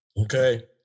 Okay